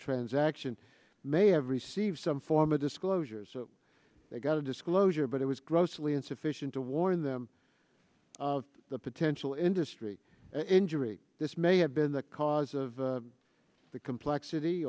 transaction may have received some form of disclosures they got a disclosure but it was grossly insufficient to warn them of the potential industry injury this may have been the cause the complexity